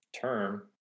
term